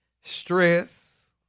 stress